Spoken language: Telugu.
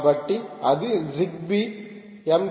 కాబట్టి అది జిగ్బీ MQTT